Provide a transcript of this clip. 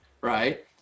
right